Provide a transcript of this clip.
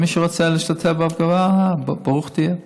ומי שרוצה להשתתף בהפגנה, ברוך תהיה.